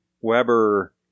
Weber